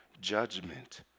judgment